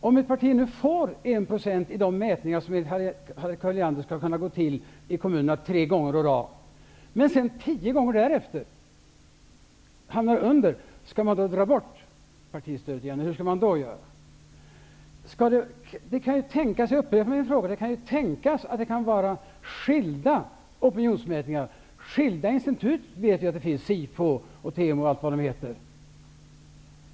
Om ett parti får 1 % stöd i opinionsmätningar i kommunerna tre gånger i rad men sedan tio gånger därefter inte får det, skall vi då ta bort partistödet? Hur skall man då göra? Det kan tänkas att det är skilda opinionsmätningar och skilda institut -- sifo, temo osv.